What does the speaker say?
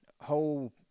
whole